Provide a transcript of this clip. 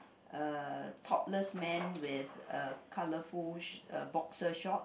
uh topless man with a colourful sh~ uh boxer short